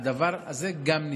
הדבר הזה גם נבדק.